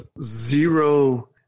zero